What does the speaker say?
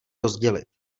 rozdělit